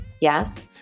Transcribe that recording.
yes